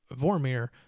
Vormir